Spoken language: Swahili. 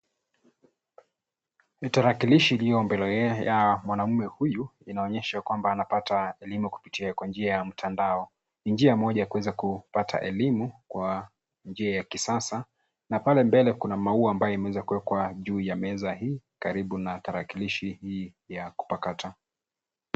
Ni tarakilishi iliyo mbele ya mwanaume huyu inayoonyesha kwamba anapata elimu kwa njia ya mtandao. Ni njia moja ya kuweza kupata elimu kwa njia ya kisasa na pale mbele kuna maua ambayo yameweza kuwekwa juu ya meza hii karibu na tarakilishi hii ya kupakata.